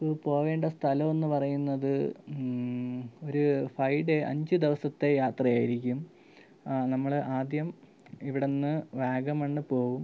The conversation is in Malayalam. നമുക്ക് പോവേണ്ട സ്ഥലം എന്ന് പറയുന്നത് ഒരു ഫൈവ് ഡേ അഞ്ച് ദിവസത്തെ യാത്ര ആയിരിക്കും നമ്മൾ ആദ്യം ഇവിടെ നിന്ന് വാഗമണ്ണ് പോവും